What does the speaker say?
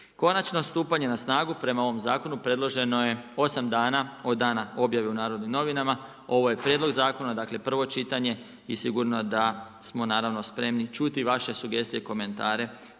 Konačno stupanje a snagu prema ovom zakonu preloženo je 8 dana od dana objave u N.N. ovo je prijedlog zakona, dakle prvo čitanje i sigurno da smo naravno spremni čuti vaše sugestije i komentare,